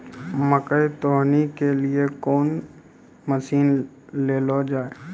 मकई तो हनी के लिए कौन मसीन ले लो जाए?